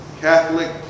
Catholic